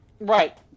Right